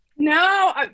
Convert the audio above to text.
No